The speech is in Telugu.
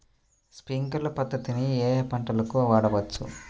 స్ప్రింక్లర్ పద్ధతిని ఏ ఏ పంటలకు వాడవచ్చు?